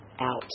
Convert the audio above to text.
out